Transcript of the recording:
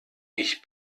ich